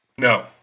No